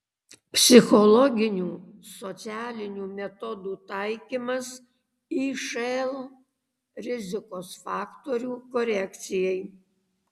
psichologinių socialinių metodų taikymas išl rizikos faktorių korekcijai